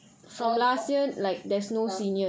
so how you want um